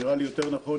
נראה לי יותר נכון,